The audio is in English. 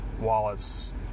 wallets